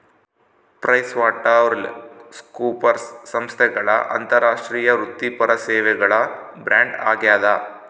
PricewaterhouseCoopers ಸಂಸ್ಥೆಗಳ ಅಂತಾರಾಷ್ಟ್ರೀಯ ವೃತ್ತಿಪರ ಸೇವೆಗಳ ಬ್ರ್ಯಾಂಡ್ ಆಗ್ಯಾದ